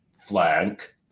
flank